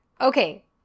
okay